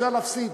אפשר להפסיד,